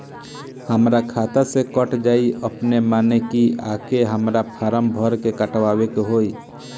हमरा खाता से कट जायी अपने माने की आके हमरा फारम भर के कटवाए के होई?